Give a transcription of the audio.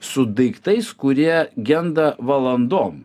su daiktais kurie genda valandom